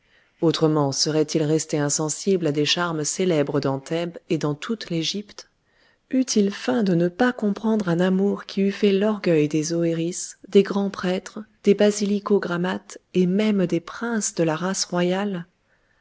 autrement serait-il resté insensible à des charmes célèbres dans thèbes et dans toute l'égypte eût-il feint de ne pas comprendre un amour qui eût fait l'orgueil des oëris des grands prêtres des basilico grammates et même des princes de la race royale